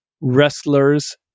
wrestlers